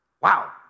Wow